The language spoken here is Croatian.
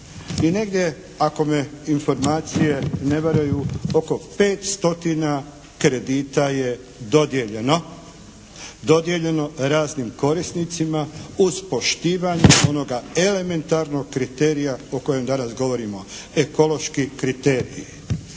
I negdje ako me informacije ne varaju oko 500 kredita je dodijeljeno, dodijeljeno raznim korisnicima uz poštivanje onoga elementarnog kriterija o kojem danas govorimo. Ekološki kriteriji.